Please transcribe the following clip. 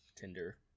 Tinder